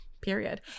period